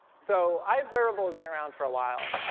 so iobservable has been around for a while.